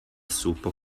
super